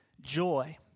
joy